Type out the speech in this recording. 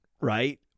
right